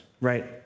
right